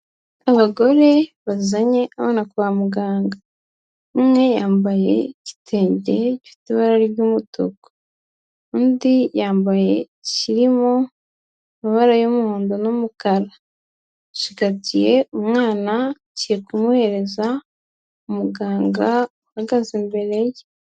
Abagore bazanye abana kwa muganga, umwe yambaye kitenge kifite ibara ry'umutuku, undi yambaye kirimo amabara y'umuhondo n'umukara, cigatiye umwana kiye kumuhereza umuganga uhagaze imbere ye.